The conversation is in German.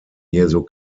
jesu